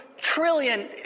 trillion